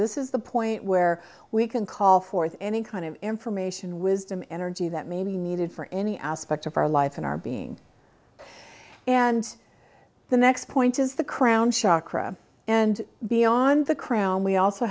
this is the point where we can call forth any kind of information wisdom energy that may be needed for any aspect of our life in our being and the next point is the crown shock and beyond the crown we also